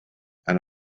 and